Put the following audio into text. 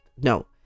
No